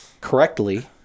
correctly